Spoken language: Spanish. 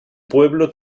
pueblo